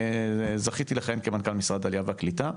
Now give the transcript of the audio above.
זכיתי לכהן כמנכ"ל משרד העלייה והקליטה,